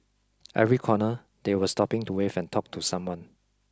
every corner they were stopping to wave and talk to someone